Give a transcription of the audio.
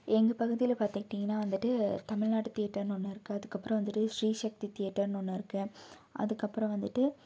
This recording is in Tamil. எங்கள் பகுதியில் பார்த்துக்கிட்டிங்கன்னா வந்துட்டு தமிழ்நாட்டு தேட்டர்ன்னு ஒன்று இருக்குது அதுக்கப்புறம் வந்துட்டு ஸ்ரீசக்தி தேட்டர்ன்னு ஒன்று இருக்குது அதுக்கப்புறம் வந்துட்டு